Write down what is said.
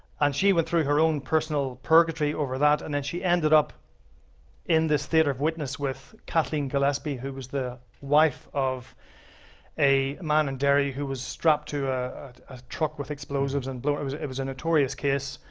and she went through her own personal purgatory over that, and then she ended up in this theater of witness with kathleen gillespie, who was the wife of a man in dairy, who was strapped to a truck with explosives. and but um it was a notorious kis.